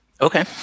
Okay